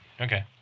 Okay